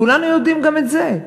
כולנו יודעים גם את זה.